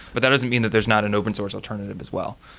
but that doesn't mean that there's not an open source alternative as well.